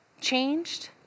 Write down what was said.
Changed